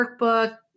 workbook